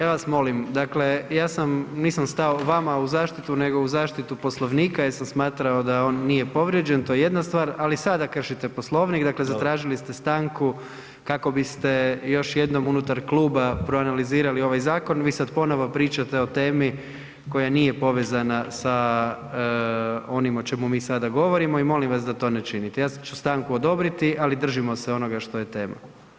Ja vas molim, dakle, ja sam, nisam stao vama u zaštitu nego u zaštitu Poslovnika jer sam smatrao da on nije povrijeđen, to je jedna stvar, ali sada kršite Poslovnik, dakle zatražili ste stanku kako biste još jednom unutar kluba proanalizirali ovaj zakon, vi sad ponovo pričate o temi koja nije povezana sa onim o čemu mi sada govorimo i molim vas da to ne činite, ja ću stanku odobriti, ali držimo se onoga što je tema.